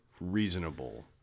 reasonable